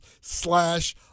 slash